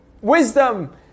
wisdom